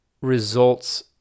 results